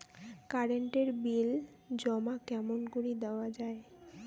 Current এর bill জমা কেমন করি দেওয়া যায়?